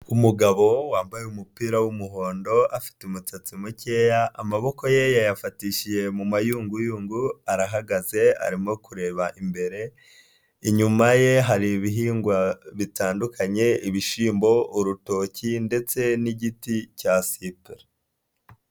Umugabo wambaye umupira w'umuhondo afite umusatsi mukeya, amaboko ye yayafatishije mu mayunguyungu arahagaze arimo kureba imbere, inyuma ye hari ibihingwa bitandukanye ibishyimbo, urutoki ndetse n'igiti cyasipure.